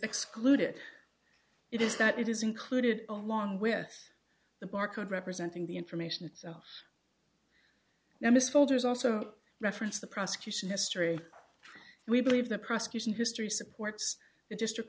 excluded it is that it is included along with the barcode representing the information now miss folders also referenced the prosecution history we believe the prosecution history supports the district